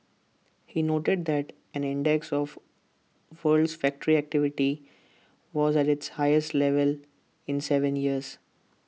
he noted that an index of worlds factory activity was at its highest level in Seven years